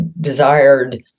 desired